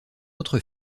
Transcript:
autre